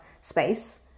space